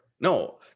no